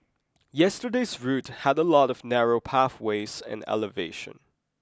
yesterday's route had a lot of narrow pathways and elevation